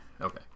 Okay